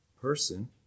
person